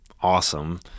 awesome